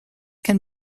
can